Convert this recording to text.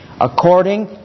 According